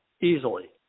easily